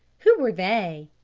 who were they?